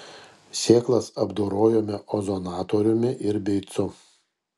sėklas apdorojome ozonatoriumi ir beicu